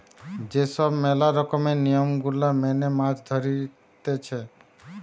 যে সব ম্যালা রকমের নিয়ম গুলা মেনে মাছ ধরতিছে